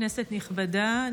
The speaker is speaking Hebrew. כנסת נכבדה,